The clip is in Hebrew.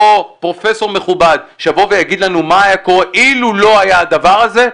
או פרופסור מכובד שיבוא ויגיד לנו מה היה קורה אילו לא היה הדבר הזה,